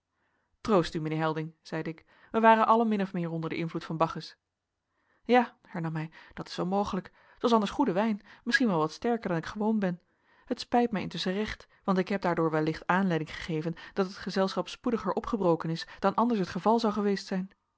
troost u monsieur helding zeide ik wij waren allen min of meer onder den invloed van bacchus ja hernam hij dat is wel mogelijk t was anders goede wijn misschien wel wat sterker dan ik gewoon ben het spijt mij intusschen recht want ik heb daardoor wellicht aanleiding gegeven dat het gezelschap spoediger opgebroken is dan anders het geval zou geweest zijn